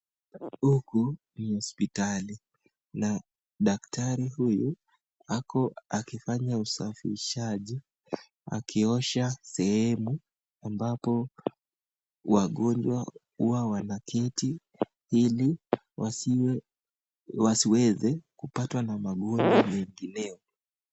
Huku ni hospitali na daktari huyu ako akifanya usafishaji, akiosha sehemu ambapo wagonjwa huwa wanaketi ili wasiweze kupatwa na magonjwa mengineo .